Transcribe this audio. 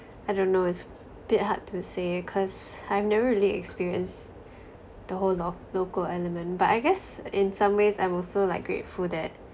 I don't know it's a bit hard to say cause I've never really experienced the whole of lo~ local element but I guess in some ways I'm also like grateful that